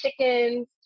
chickens